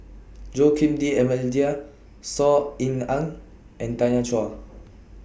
Joaquim D'almeida Saw Ean Ang and Tanya Chua